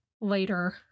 later